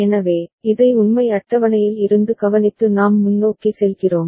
எனவே இதை உண்மை அட்டவணையில் இருந்து கவனித்து நாம் முன்னோக்கி செல்கிறோம்